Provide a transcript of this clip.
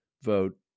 vote